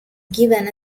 given